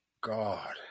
God